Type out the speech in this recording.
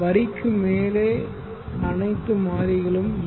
வரிக்கு மேலே அனைத்து மாறிகளும் ஏ